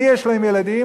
מי יש להם ילדים?